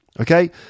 Okay